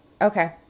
Okay